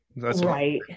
Right